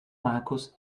markus